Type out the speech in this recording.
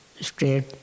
straight